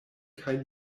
kaj